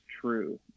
true